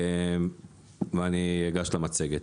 ואני אגש למצגת.